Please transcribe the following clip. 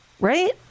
right